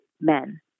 men